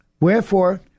wherefore